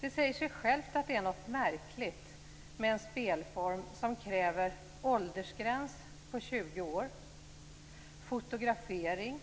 Det säger sig självt att det är något märkligt med en spelform som kräver åldersgräns vid 20 år, fotografering,